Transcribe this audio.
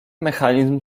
mechanizm